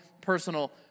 personal